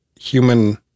human